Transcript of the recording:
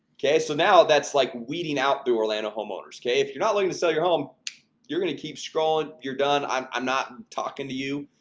okay, so now that's like weeding out through orlando homeowners kay. if you're not looking to sell your home you're gonna keep scrolling. you're done. i'm i'm not and talking to you